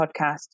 podcast